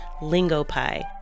Lingopie